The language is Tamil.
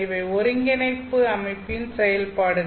இவை ஒருங்கிணைப்பு அமைப்பின் செயல்பாடுகள்